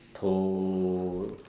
toe